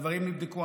הדברים נבדקו,